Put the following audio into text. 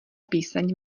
píseň